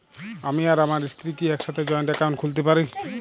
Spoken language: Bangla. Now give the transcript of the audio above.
আমি আর আমার স্ত্রী কি একসাথে জয়েন্ট অ্যাকাউন্ট খুলতে পারি?